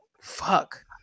fuck